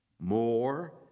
more